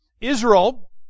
Israel